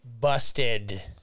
busted